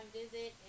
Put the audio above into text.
visit